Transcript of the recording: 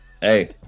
Hey